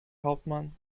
hauptmann